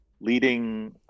leading